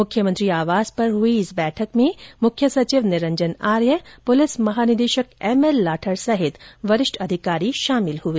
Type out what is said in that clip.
मुख्यमंत्री आवास पर हुई इस बैठक में मुख्य सचिव निरंजन आर्य पुलिस महानिदेशक एम एल लाठर सहित वरिष्ठ अधिकारी शामिल हुए